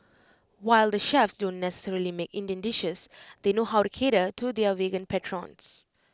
while the chefs don't necessarily make Indian dishes they know how to cater to their vegan patrons